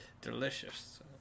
delicious